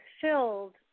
filled